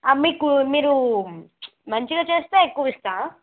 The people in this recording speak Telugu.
అ మీకూ మీరూ మంచిగా చేస్తే ఎక్కువ ఇస్తాను